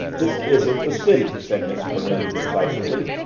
this isn't the city, said miss cornelia decisively.